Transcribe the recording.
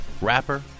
rapper